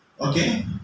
Okay